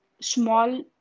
small